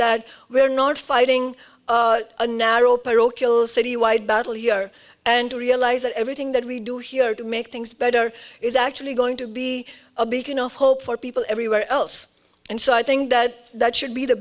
that we're not fighting a narrow parochial citywide battle here and to realize that everything that we do here to make things better is actually going to be a beacon of hope for people everywhere else and so i think that that should be the